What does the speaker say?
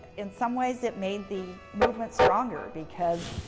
in some ways, it made the movement stronger because,